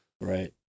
Right